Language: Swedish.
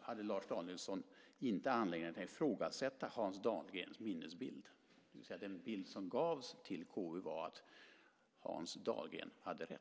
hade Lars Danielsson inte anledning att ifrågasätta Hans Dahlgrens minnesbild, det vill säga den bild som gavs till KU var att Hans Dahlgren hade rätt.